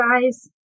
guys